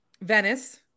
venice